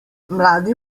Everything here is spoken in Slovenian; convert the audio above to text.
mladi